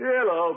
Hello